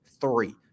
three